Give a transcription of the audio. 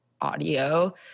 audio